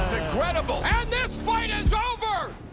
incredible. and this fight is over!